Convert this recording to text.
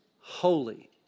holy